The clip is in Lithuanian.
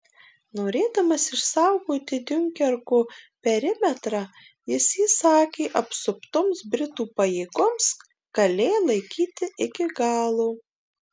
norėdamas išsaugoti diunkerko perimetrą jis įsakė apsuptoms britų pajėgoms kalė laikyti iki galo